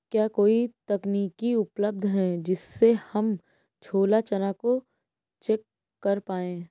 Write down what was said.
क्या कोई तकनीक उपलब्ध है जिससे हम छोला चना को चेक कर पाए?